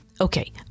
Okay